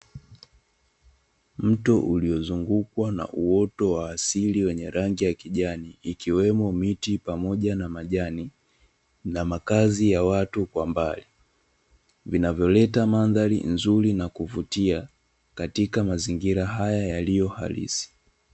Mto uliozungukwa na uoto wa asili wenye rangi ya kijani, ikiwemo miti pamoja na majani na makazi ya watu kwa mbali. Vinavyoleta mandhari nzuri na kuvutia, katika mazingira haya yaliyo halisi.